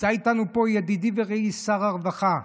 נמצא איתנו פה ידידי ורעי שר הרווחה,